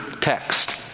text